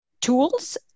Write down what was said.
tools